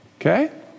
Okay